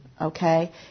Okay